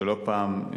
שלא פעם,